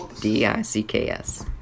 D-I-C-K-S